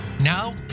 Now